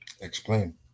Explain